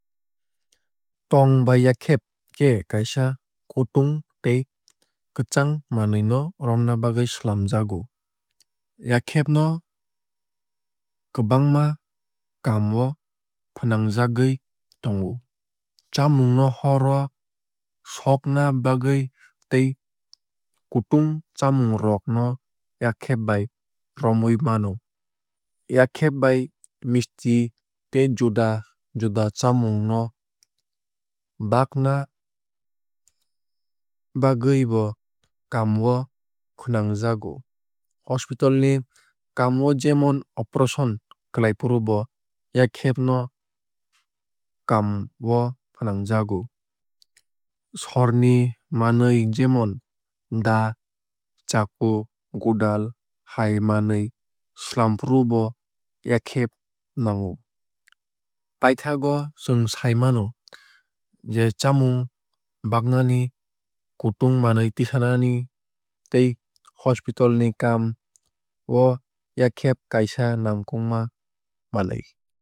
Tong ba yakheb khe kaisa kutung tei kwchang manwui no romna bagwui swlamjakgo. Yakheb no kwbangma kaam o fwnangjagwui tongo. Chamung no hor o sogna bagwui tei kutung chamung rok no yakheb bai romwui mano. Yakheb bai misti tei juda juda chamung no bagna bagwui bo kaam o fwnangjago. Hospital ni kaam o jemon operation khlaifuru bo yakheb no kaam o fwnangjago. Sorni ni manwui jemon daa chakku godal hai manwui swlamnafuru bo yakheb nango. Paithakgo chwng sai mano je chamung bagnani kutung manwui tisanani tei hospital ni kaam o yakheb kaisa ngngkukma manwui.